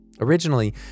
Originally